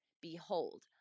Behold